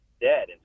dead